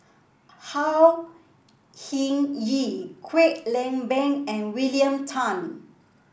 Au Hing Yee Kwek Leng Beng and William Tan